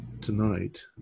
tonight